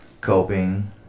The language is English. coping